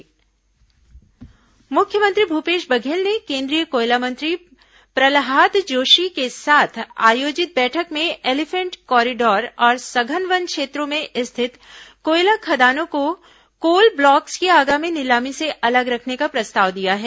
केंद्रीय मंत्री बैठक मुख्यमंत्री भूपेश बघेल ने केंद्रीय कोयला मंत्री प्रल्हाद जोशी के साथ आयोजित बैठक में एलीफेंट कॉरिडोर और सघन वन क्षेत्रों में स्थित कोयला खदानों को कोल ब्लॉक्स की आगामी नीलामी से अलग रखने का प्रस्ताव दिया है